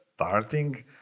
Starting